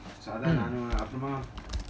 mmhmm